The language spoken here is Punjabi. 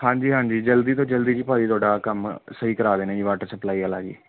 ਹਾਂਜੀ ਹਾਂਜੀ ਜਲਦੀ ਤੋਂ ਜਲਦੀ ਜੀ ਭਾਅ ਜੀ ਤੁਹਾਡਾ ਆਹ ਕੰਮ ਸਹੀ ਕਰਾ ਦੇਣਾ ਜੀ ਵਾਟਰ ਸਪਲਾਈ ਵਾਲਾ ਜੀ